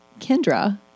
Kendra